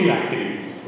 activities